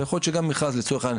ויכול להיות שגם מכרז לצורך העניין,